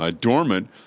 dormant